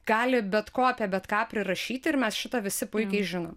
gali bet ko apie bet ką prirašyti ir mes šitą visi puikiai žinom